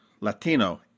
Latino